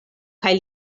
kaj